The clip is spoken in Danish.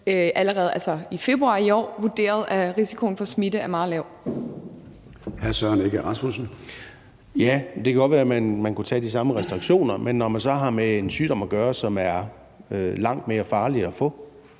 Søren Egge Rasmussen. Kl. 10:25 Søren Egge Rasmussen (EL): Det kan godt være, at man kunne tage de samme restriktioner, men når man så har med en sygdom at gøre, som er langt mere farlig at få,